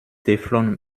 teflon